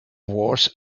wars